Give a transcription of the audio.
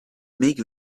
make